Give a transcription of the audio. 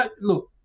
look